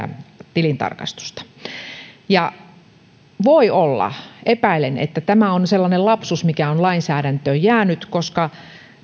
tilintarkastusta voi olla ja epäilen että tämä on sellainen lapsus mikä on lainsäädäntöön jäänyt koska